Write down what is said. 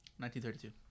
1932